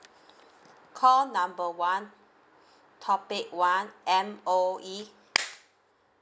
call number one topic one M_O_E